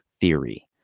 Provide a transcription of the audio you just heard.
theory